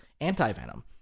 anti-venom